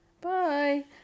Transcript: Bye